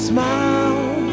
Smile